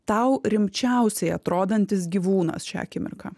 tau rimčiausiai atrodantis gyvūnas šią akimirką